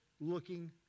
looking